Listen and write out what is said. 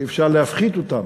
שאפשר להפחית אותם.